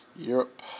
Europe